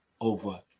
over